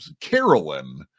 Carolyn